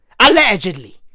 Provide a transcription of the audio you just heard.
Allegedly